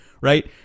right